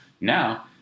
now